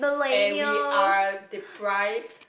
and we are deprived